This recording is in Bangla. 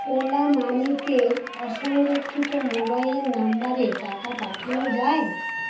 ওলা মানিতে অসংরক্ষিত মোবাইল নম্বরে টাকা পাঠানো যায়